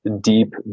deep